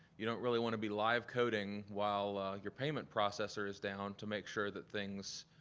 you don't really wanna be live coding while your payment processor is down to make sure that things,